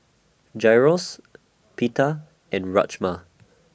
Gyros Pita and Rajma